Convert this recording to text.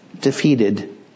defeated